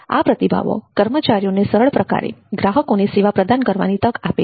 આ પ્રતિભાવો કર્મચારીઓને સરળ પ્રકારે ગ્રાહકોને સેવા પ્રદાન કરવાની તક આપે છે